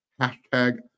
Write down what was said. hashtag